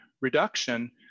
reduction